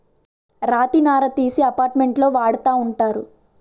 రాతి నార తీసి అపార్ట్మెంట్లో వాడతా ఉంటారు